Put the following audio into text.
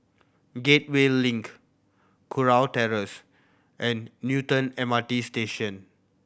Gateway Link Kurau Terrace and Newton M R T Station